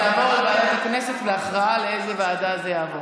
אז יעבור לוועדת הכנסת להכרעה לאיזו ועדה זה יעבור,